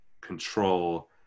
control